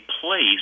place